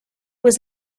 was